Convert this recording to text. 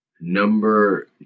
Number